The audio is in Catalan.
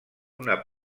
una